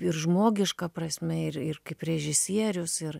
ir žmogiška prasme ir ir kaip režisierius ir